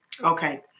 Okay